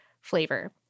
flavor